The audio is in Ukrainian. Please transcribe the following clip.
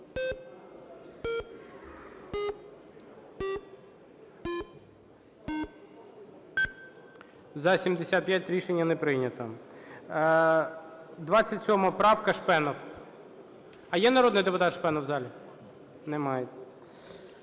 За-75 Рішення не прийнято. 27 правка, Шпенов. А є народний депутат Шпенов у залі? Немає.